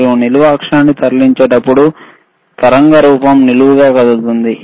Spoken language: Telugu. మీరు నిలువు అక్షాన్ని తరలించినప్పుడు తరంగ రూపం నిలువుగా కదులుతుంది